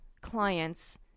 clients